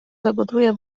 zagotuję